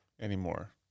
anymore